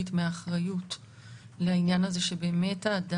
דרך אגב,